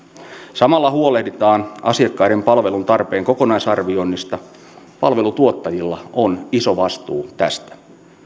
samalla huolehditaan asiakkaiden palveluntarpeen kokonaisarvioinnista palveluntuottajilla on iso vastuu tästä